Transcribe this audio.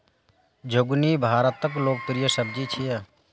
झिंगुनी भारतक लोकप्रिय सब्जी छियै